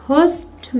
Host